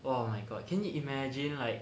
!wah! my god can you imagine like